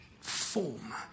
form